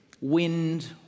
Wind